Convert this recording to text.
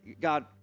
God